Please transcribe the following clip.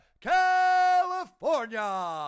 California